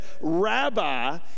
Rabbi